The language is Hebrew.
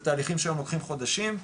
זה תהליכים שהיום לוקחים חודשים,